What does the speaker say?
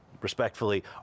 respectfully